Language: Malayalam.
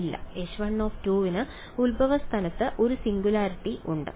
ഇല്ല H1 ന് ഉത്ഭവസ്ഥാനത്ത് ഒരു സിംഗുലാരിറ്റി ഉണ്ട്